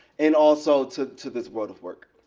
and also took to this world of work.